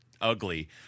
ugly